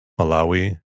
Malawi